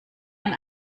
man